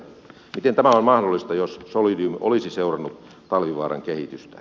miten tämä on mahdollista jos solidium olisi seurannut talvivaaran kehitystä